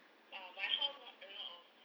uh my house not a lot of